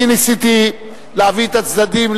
אני ניסיתי להביא את הצדדים,